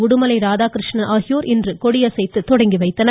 உடுமலை ராதாகிருஷ்ணன் ஆகியோர் கொடியசைத்து தொடங்கி வைத்தனர்